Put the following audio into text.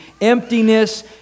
emptiness